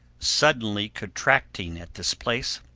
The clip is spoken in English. suddenly contracting at this place,